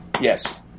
Yes